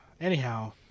Anyhow